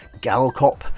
Galcop